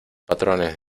patrones